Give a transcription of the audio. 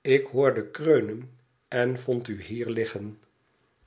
ik hoorde kreunen en vond u hier liggen